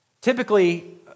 Typically